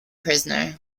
prisoner